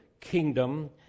kingdom